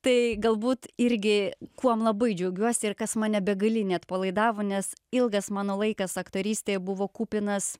tai galbūt irgi kuom labai džiaugiuosi ir kas man nebegali neatpalaidavo nes ilgas mano laikas aktorystėj buvo kupinas